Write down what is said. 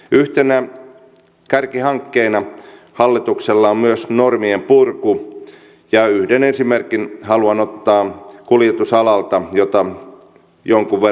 yhtenä kärkihankkeena hallituksella on myös normien purku ja yhden esimerkin haluan ottaa kuljetusalalta jota jonkun verran tunnen